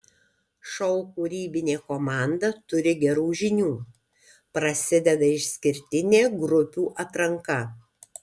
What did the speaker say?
šou kūrybinė komanda turi gerų žinių prasideda išskirtinė grupių atranka